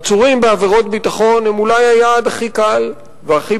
עצורים בעבירות ביטחון הם אולי היעד הכי קל והכי